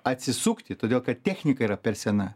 atsisukti todėl kad technika yra per sena